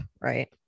Right